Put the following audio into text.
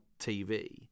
TV